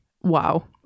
wow